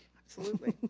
absolutely.